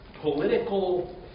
political